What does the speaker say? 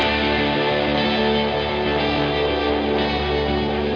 and